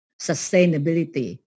sustainability